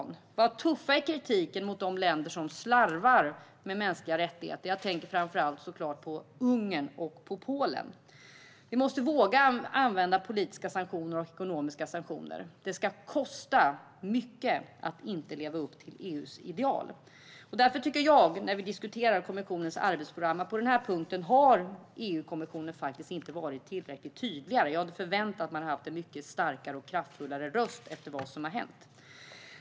Man måste vara tuff i kritiken mot de länder som slarvar med mänskliga rättigheter - jag tänker framför allt på Ungern och Polen. Vi måste våga använda politiska och ekonomiska sanktioner. Det ska kosta mycket att inte leva upp till EU:s ideal. Därför tycker jag, när vi diskuterar kommissionens arbetsprogram, att EU-kommissionen inte har varit tillräckligt tydlig på denna punkt. Jag hade förväntat mig en mycket starkare och kraftfullare röst efter det som har hänt.